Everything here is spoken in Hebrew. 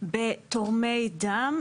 בתורמי דם,